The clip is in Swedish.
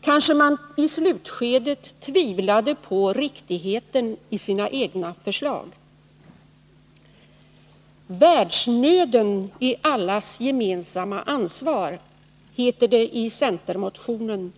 Kanske man i slutskedet tvivlade på riktigheten i sina egna förslag. ”Världsnöden är allas gemensamma ansvar”, heter det i centermotionen.